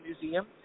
Museum